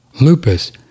Lupus